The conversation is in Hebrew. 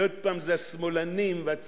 ועוד פעם זה השמאלנים והצפונבונים,